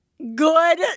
Good